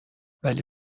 ولی